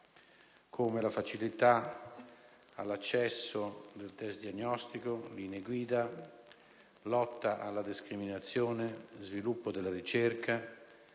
come la facilità all'accesso al *test* diagnostico, linee-guida, lotta alla discriminazione, sviluppo della ricerca,